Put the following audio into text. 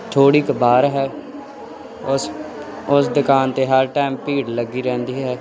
ਥੋੜ੍ਹੀ ਕੁ ਬਾਹਰ ਹੈ ਉਸ ਉਸ ਦੁਕਾਨ 'ਤੇ ਹਰ ਟਾਈਮ ਭੀੜ ਲੱਗੀ ਰਹਿੰਦੀ ਹੈ